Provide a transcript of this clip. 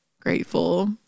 grateful